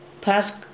past